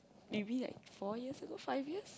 maybe like four years ago five years